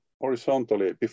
horizontally